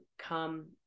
come